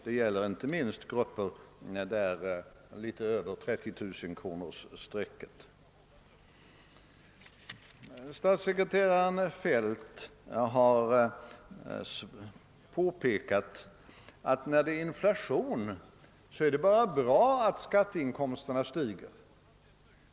Det gäller inte minst grupper som ligger något över 30 000-kronorsstrecket. Statssekreteraren Feldt har gjort gällande, att när det råder inflation så är det bara bra att skatteinkomsterna stiger.